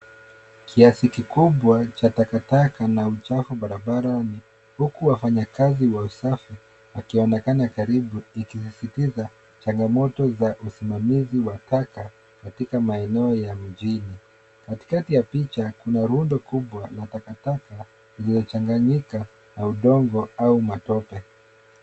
Kiasi kikubwa cha takataka na uchafu barabarani huku wafanyi kazi wa usafi wakionekana karibu, ikidhibitisha changa moto za usimamizi wa taka katika maeneo ya mjini .Katikatika ya picha kuna rundo kubwa la takataka iliyochanganyika na udongo au matope.